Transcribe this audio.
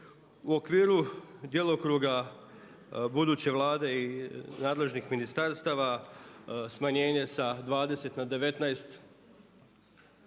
U okviru djelokruga buduće Vlade i nadležnih ministarstava, smanjenje sa 20 na 19